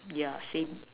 yeah see